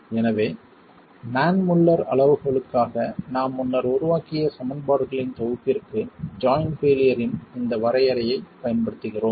எனவே மேன் முல்லர் அளவுகோலுக்காக நாம் முன்னர் உருவாக்கிய சமன்பாடுகளின் தொகுப்பிற்கு ஜாய்ண்ட் பெயிலியர் இன் இந்த வரையறையைப் பயன்படுத்துகிறோம்